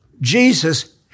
Jesus